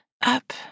Up